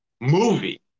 movie